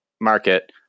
market